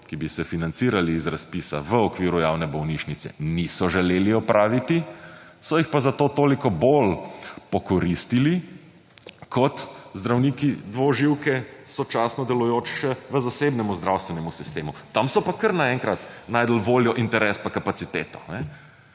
ki bi se financirali iz razpisa v okviru javne bolnišnice niso želeli opraviti so jih pa zato toliko bolj pokoristili kot zdravniki dvoživke sočasno delujoče v zasebnem zdravstvenem sistemu. Tam so pa, kar na enkrat našli voljo, interes pa kapaciteto,